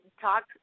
talk